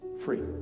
free